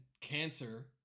Cancer